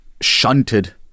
shunted